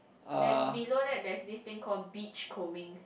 then below that there's this thing called beachcombing